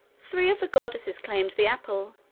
three of the goddesses claimed the apple,